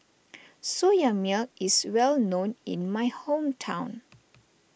Soya Milk is well known in my hometown